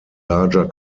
larger